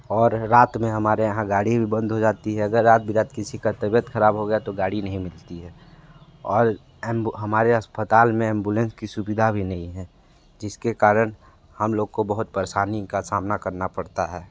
और रात में हमारे यहाँ गाड़ी भी बंद हो जाती है अगर रात बिरात किसी का तबियत ख़राब हो गया तो गाड़ी नहीं मिलती है और हमारे अस्पताल में एम्बुलेंस की सुविधा भी नहीं है जिसके कारण हम लोग को बहुत परेशानी का सामना करना पड़ता है